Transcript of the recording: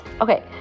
okay